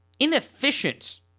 inefficient